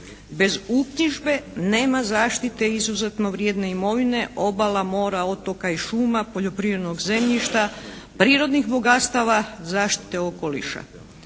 Bez uknjižbe nema zaštite izuzetno vrijedne imovine, obala, mora, otoka i šuma, poljoprivrednog zemljišta, prirodnih bogatstava, zaštite okoliša.